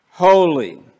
Holy